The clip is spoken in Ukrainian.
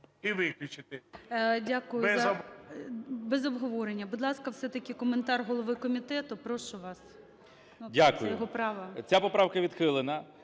і виключити